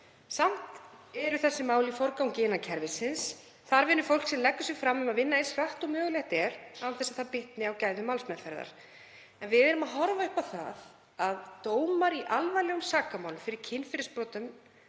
Samt eru þessi mál í forgangi innan kerfisins. Þar vinnur fólk sem leggur sig fram um að vinna eins hratt og mögulegt er án þess að það bitni á gæðum málsmeðferðar. En við horfum upp á það að dómar í alvarlegum sakamálum, fyrir kynferðisbrot,